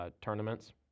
tournaments